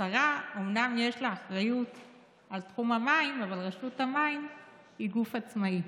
שלשרה אומנם יש אחריות על תחום המים אבל רשות המים היא גוף עצמאי.